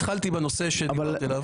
התחלתי בנושא שדיברתי עליו.